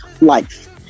life